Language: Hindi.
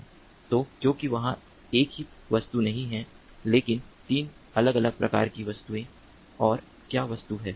तो क्योंकि वहाँ एक ही वस्तु नहीं है लेकिन तीन अलग अलग प्रकार की वस्तुएं और क्या वस्तु है